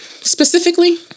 specifically